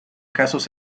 casos